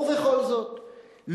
ובכל זאת,